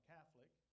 Catholic